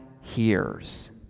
hears